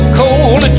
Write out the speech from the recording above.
cold